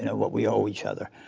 you know what we owe each other.